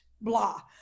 blah